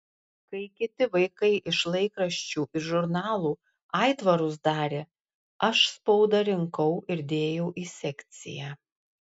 kai kiti vaikai iš laikraščių ir žurnalų aitvarus darė aš spaudą rinkau ir dėjau į sekciją